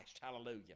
Hallelujah